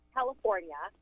California